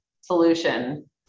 solution